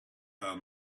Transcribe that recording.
are